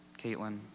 Caitlin